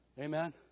Amen